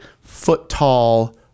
foot-tall